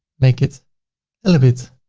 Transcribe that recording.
make it a little bit